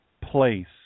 place